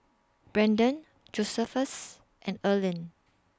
Braedon Josephus and Earline